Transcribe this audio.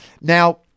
now